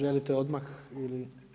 Želite odmah ili?